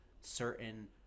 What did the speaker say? certain